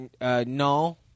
no